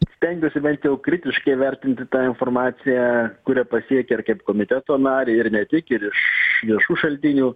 stengiuosi bent jau kritiškai vertinti tą informaciją kuri pasiekia ir kaip komiteto narį ir ne tik ir iš viešų šaltinių